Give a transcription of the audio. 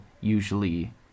usually